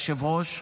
היושב-ראש.